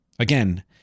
Again